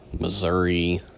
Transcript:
Missouri